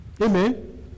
Amen